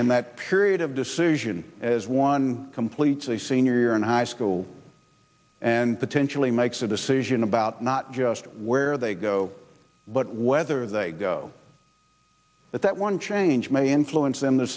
and that period of decision as one completes a senior in high school and potentially makes a decision about not just where they go but whether they go with that one change may influence them t